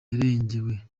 yarengewe